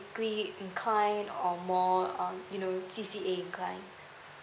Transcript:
incline or more um you know or more C_C_A incline